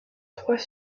trois